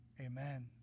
Amen